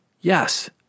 yes